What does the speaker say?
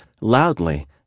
loudly